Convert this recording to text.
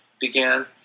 began